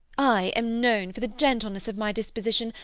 i am known for the gentleness of my disposition,